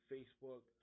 Facebook